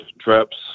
traps